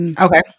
Okay